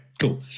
cool